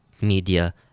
media